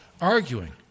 arguing